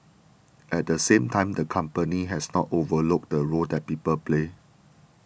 at the same time the company has not overlooked the role that people play